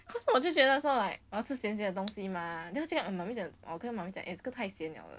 cause 我就觉得 sound like 我要吃咸咸的东西 mah then 我就讲妈咪讲我跟妈咪讲这个太咸了了